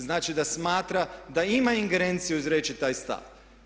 Znači da smatra da ima ingerenciju izreći taj stav.